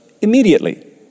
immediately